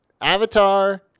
Avatar